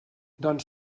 doncs